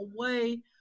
away